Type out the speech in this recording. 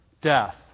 death